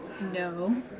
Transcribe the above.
No